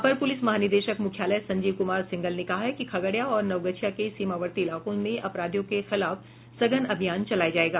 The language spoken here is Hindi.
अपर पुलिस महानिदेशक मुख्यालय संजीव कुमार सिंघल ने कहा है खगड़िया और नवगछिया के सीमावर्ती इलाकों मे अपराधियों के खिलाफ सघन अभियान चलाया जायेगा